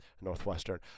Northwestern